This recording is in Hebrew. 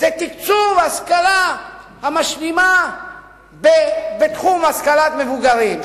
זה תקצוב ההשכלה המשלימה בתחום השכלת מבוגרים.